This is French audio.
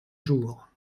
jour